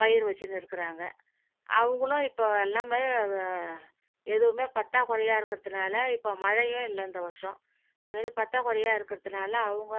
பயிர் வச்சுன்னு இருக்கிறாங்க அவங்களும் இப்போ எல்லாமே எதுவுமே பற்றாக்குறையா இருக்கிறதுனால் இப்போ மழையே இல்லை இந்த வருஷம் அதுமாரி பற்றாக்குறையா இருக்கிறதுனால் அவங்க